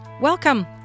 Welcome